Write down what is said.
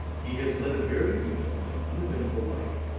he has led a very even, uneventful life,